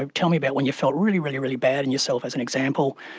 ah tell me about when you felt really, really really bad in yourself, as an example,